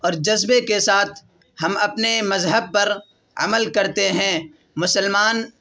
اور جذبے کے ساتھ ہم اپنے مذہب پر عمل کرتے ہیں مسلمان